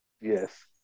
yes